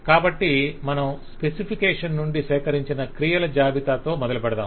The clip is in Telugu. కాబట్టి మనం స్పెసిఫికేషన్ నుండి సేకరించిన క్రియల జాబితాతో మొదలుపెడదాం